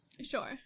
Sure